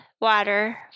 water